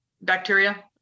bacteria